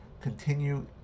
continue